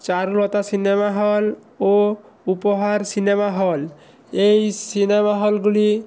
Charulata cinema hall ও Uphar cinema hall এই cinema হলগুলি